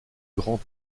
grand